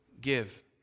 give